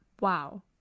wow